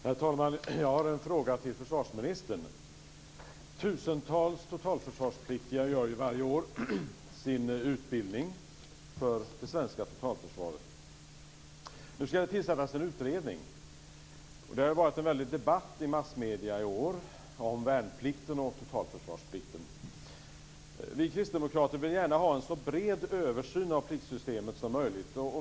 Herr talman! Jag har en fråga till försvarsministern. Tusentals totalförsvarspliktiga gör ju varje år sin utbildning för det svenska totalförsvaret. Nu skall det tillsättas en utredning. Det har varit en väldig debatt i massmedierna i år om värnplikten och totalförsvarsplikten. Vi kristdemokrater vill gärna ha en så bred översyn av pliktsystemet som möjligt.